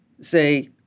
say